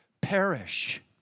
perish